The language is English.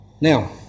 Now